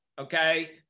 Okay